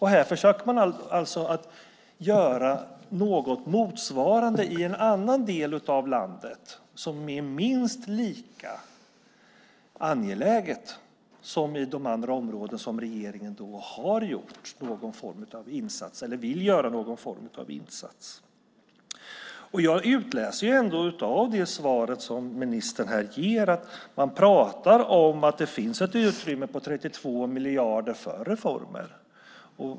Här försöker man göra något motsvarande i en annan del av landet som är minst lika angeläget som i de andra områden där regeringen har gjort någon form av insats, eller vill göra någon form av insats. Jag utläser av det svar som ministern ger att man pratar om att det finns ett utrymme på 32 miljarder för reformer.